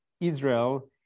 Israel